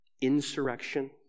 insurrection